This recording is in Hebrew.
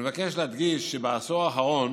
אני מבקש להדגיש שבעשור האחרון